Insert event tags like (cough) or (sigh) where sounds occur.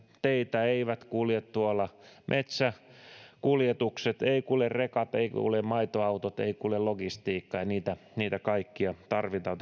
teitä eivät kulje tuolla metsäkuljetukset eivät kulje rekat eivät kulje maitoautot ei kulje logistiikka niitä niitä kaikkia tarvitaan (unintelligible)